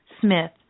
Smith